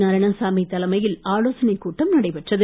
நாராயணசாமி தலைமையில் ஆலோசனைக் கூட்டம் நடைபெற்றது